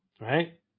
right